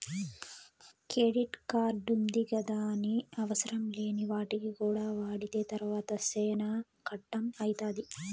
credit కార్డుంది గదాని అవసరంలేని వాటికి కూడా వాడితే తర్వాత సేనా కట్టం అయితాది